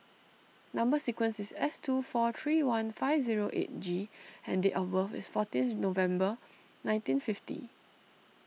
Number Sequence is S two four three one five zero eight G and date of birth is fourteenth November nineteen fifty